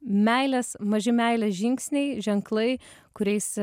meilės maži meilės žingsniai ženklai kuriais